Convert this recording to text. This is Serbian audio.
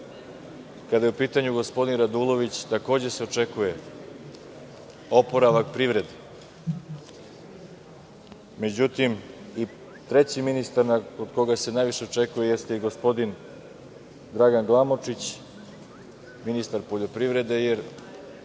je u pitanju gospodin Radulović, takođe se očekuje oporavak privrede. Međutim, i treći ministar od koga se najviše očekuje jeste gospodin Dragan Glamočić, ministar poljoprivrede, jer